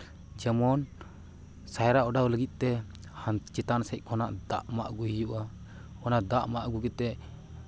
ᱡᱮᱢᱚᱱ ᱥᱟᱭᱨᱟ ᱚᱰᱟᱣ ᱞᱟᱹᱜᱤᱫ ᱛᱮ ᱪᱮᱛᱟᱱ ᱥᱮᱫ ᱠᱷᱚᱱᱟᱜ ᱫᱟᱜ ᱢᱟ ᱟᱹᱜᱩᱭ ᱦᱩᱭᱩᱜᱼᱟ ᱚᱱᱟ ᱫᱟᱜ ᱢᱟ ᱟᱹᱜᱩ ᱠᱟᱛᱮᱫ